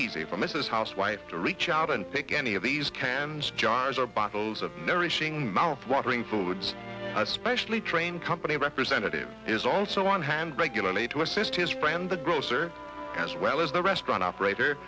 easy for mrs housewife to reach out and pick any of these cans jars or bottles of nourishing mouthwatering foods especially train company representative is also on hand regularly to assist his friend the grocer as well as the restaurant operator